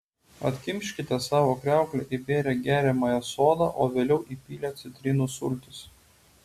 atkimškite savo kriauklę įbėrę geriamąją soda o vėliau įpylę citrinų sultis